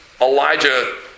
Elijah